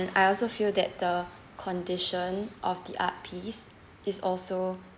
I also feel that the condition of the art piece is also